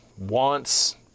wants